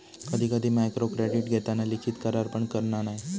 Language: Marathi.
कधी कधी मायक्रोक्रेडीट घेताना लिखित करार पण करना नाय